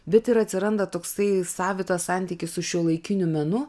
bet ir atsiranda toksai savitas santykis su šiuolaikiniu menu